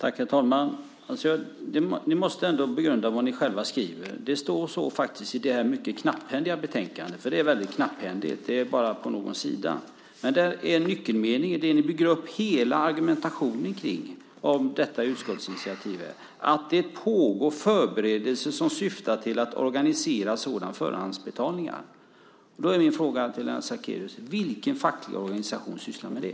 Herr talman! Ni måste ändå begrunda vad ni själva skriver. Den nyckelmening i detta mycket knapphändiga betänkande - det är bara på någon sida - som ni bygger hela argumentationen om detta utskottsinitiativ på är att "det pågår förberedelser som syftar till att organisera sådana förhandsbetalningar". Då är min fråga till Lennart Sacrédeus: Vilken facklig organisation sysslar med det?